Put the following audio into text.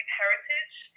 heritage